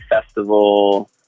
festival